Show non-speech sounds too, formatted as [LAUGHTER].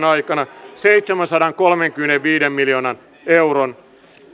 [UNINTELLIGIBLE] aikana seitsemänsadankolmenkymmenenviiden miljoonan euron